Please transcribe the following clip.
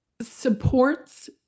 supports